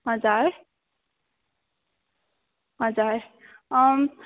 हजुर हजुर